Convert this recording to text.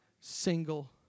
single